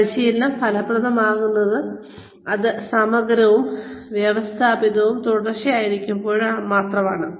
പരിശീലനം ഫലപ്രദമാകുന്നത് അത് സമഗ്രവും വ്യവസ്ഥാപിതവും തുടർച്ചയായതുമായിരിക്കുമ്പോൾ മാത്രമാണ്